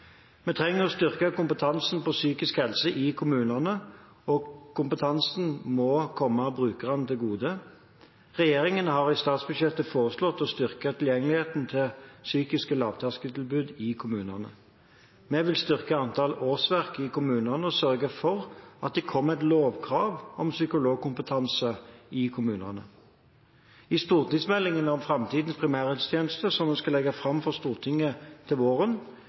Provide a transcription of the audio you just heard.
Vi trenger å styrke kompetansen innen psykisk helse i kommunene, og kompetansen må komme brukerne til gode. Regjeringen har i statsbudsjettet foreslått å styrke tilgjengeligheten til lavterskeltilbud innen psykisk helsearbeid i kommunene. Vi vil styrke antall årsverk i kommunene og sørge for at det kommer et lovkrav om psykologkompetanse i kommunene. I stortingsmeldingen om framtidens primærhelsetjeneste, som vi skal legge fram for Stortinget til våren,